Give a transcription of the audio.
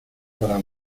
para